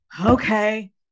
Okay